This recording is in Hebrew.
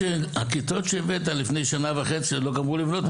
הכיתות שהבאת לפני שנה וחצי עוד לא גמרו לבנות אותן.